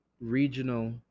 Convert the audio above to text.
regional